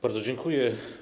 Bardzo dziękuję.